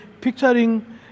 picturing